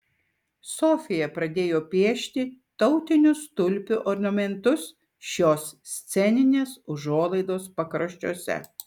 sofija padėjo piešti tautinius tulpių ornamentus šios sceninės užuolaidos pakraščiuose